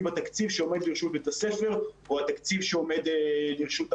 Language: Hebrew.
בתקציב שעומד לרשות בית הספר או התקציב שעומד לרשות הרשות,